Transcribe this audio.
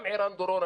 גם ערן דורון,